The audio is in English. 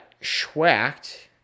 schwacked